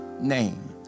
name